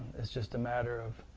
just a matter of